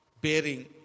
bearing